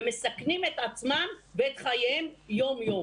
ומסכנים את עצמם ואת חייהם יום-יום.